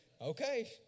okay